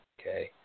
okay